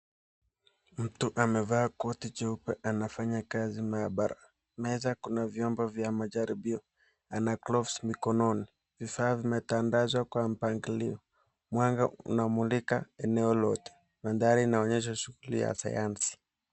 Mtu amevaa koti jeupe anafanya kazi maabara, vyombo vya majaribio ana gloves mikononi, vifaa vimetandazwa kwa mpangilio mwanga una mulika eneo lote inaonyesha shughuli ya sayansi.